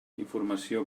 informació